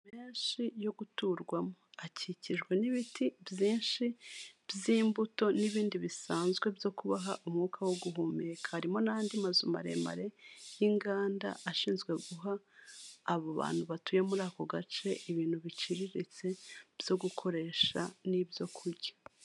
Ashi yo guturwamo akikijwe n'ibiti byinshi by'imbuto n'ibindi bisanzwe byo kubaha umwuka wo guhumeka, harimo n'andi mazu maremare y'inganda ashinzwe guha abo bantu batuye muri ako gace, ibintu biciriritse byo gukoresha n'ibyo kurya.